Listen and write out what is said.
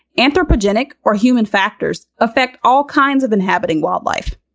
anthropogenic or human factors affect all kinds of inhabiting wildlife.